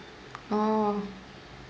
oh